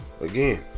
Again